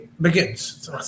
begins